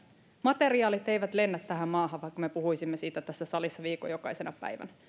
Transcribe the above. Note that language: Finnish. materiaalit eivät lennä tähän maahan vaikka me puhuisimme siitä tässä salissa viikon jokaisena päivänä